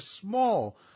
small